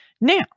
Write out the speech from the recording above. Now